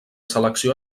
selecció